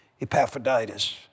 Epaphroditus